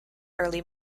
early